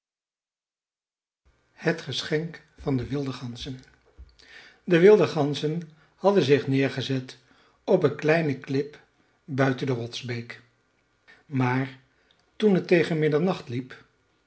het geschenk van de wilde ganzen de wilde ganzen hadden zich neergezet op een kleine klip buiten de rotsbeek maar toen het tegen middernacht liep